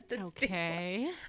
okay